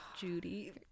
Judy